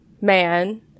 man